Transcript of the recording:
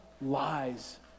lies